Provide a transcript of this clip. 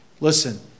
Listen